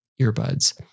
earbuds